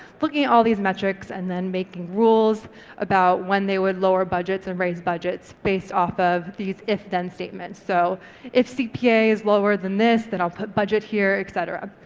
looking at all these metrics, and then making rules about when they would lower budgets and raise budgets based off of these if then statements. so if cpa is lower than this, then i'll put budget here, etc.